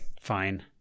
fine